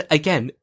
again